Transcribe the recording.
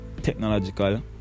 technological